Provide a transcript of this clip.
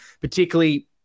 particularly